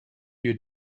you